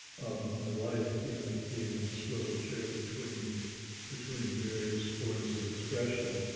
of my life, you know, as being on a swivel chair between between various forms of expression.